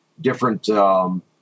different